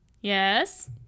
Yes